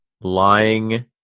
lying